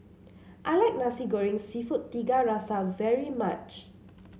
I like Nasi Goreng seafood Tiga Rasa very much